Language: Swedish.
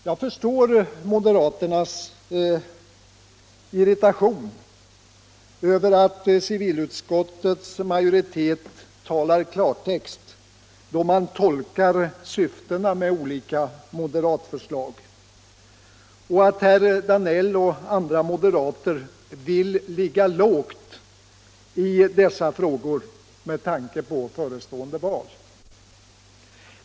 Jag förstår moderaternas irritation över att civilutskottets majoritet talar klartext då man försöker tolka syftena med olika moderatförslag och att herr Dancil och andra moderater vill ligga lågt i dessa frågor med tanke på förestående val.